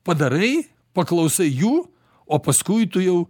padarai paklausai jų o paskui tu jau